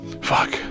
Fuck